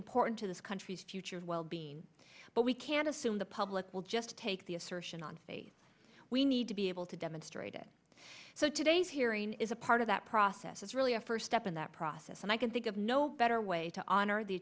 important to this country's future well being but we can assume the public will just take the assertion on faith we need to be able to demonstrate it so today's hearing is a part of that process is really a first step in that process and i can think of no better way to honor the